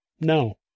No